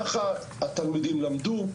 ככה התלמידים למדו,